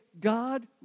God